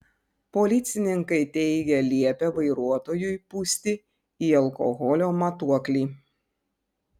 policininkai teigia liepę vairuotojui pūsti į alkoholio matuoklį